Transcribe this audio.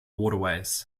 waterways